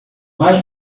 mais